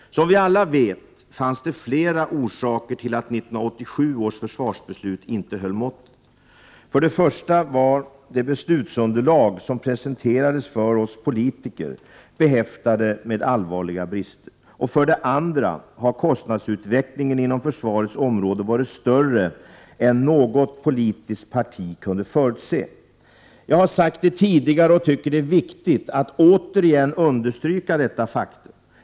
Som vi alla vet fanns det flera orsaker till att 1987 års försvarsbeslut inte höll måttet. För det första var det beslutsunderlag som presenterades för oss politiker behäftat med allvarliga brister. För det andra har kostnadsutvecklingen inom försvarets område varit större än något politiskt parti kunde förutse. Jag har sagt det tidigare och tycker att det är viktigt att återigen understryka detta faktum.